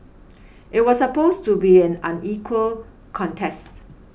it was supposed to be an unequal contest